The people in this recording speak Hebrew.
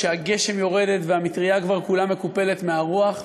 כשהגשם יורד והמטרייה כבר כולה מקופלת מהרוח,